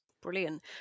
Brilliant